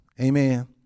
Amen